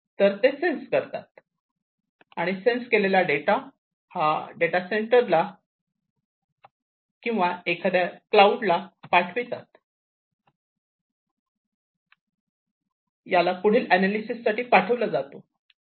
तर ते सेन्स करतात आणि सेन्स केलेला डेटा डेटा सेंटर किंवा एखादा क्लाऊड किंवा तसेच काही याला पुढील अनलिसिस साठी पाठविला जातो